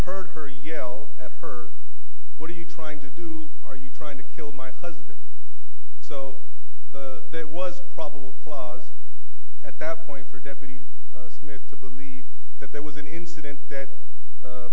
heard her yell at her what are you trying to do are you trying to kill my husband so there was probable cause at that point for deputy smith to believe that there was an incident that